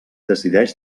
decideix